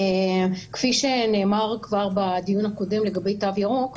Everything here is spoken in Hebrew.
כפי שנאמר כבר בדיון הקודם לגבי תו ירוק,